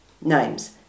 names